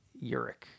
Uric